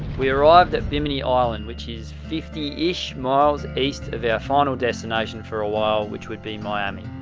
we arrived at bimini island which is fifty ish miles east of our final destination for a while, which would be miami.